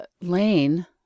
Lane